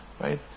right